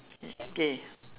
okay